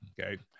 okay